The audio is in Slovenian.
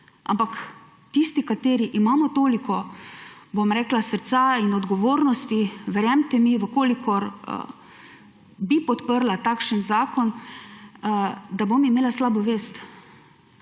ampak tisti, ki imamo toliko, bom rekla, srca in odgovornosti, verjemite mi, če bi podprla takšen zakon, da bom imela slabo vest,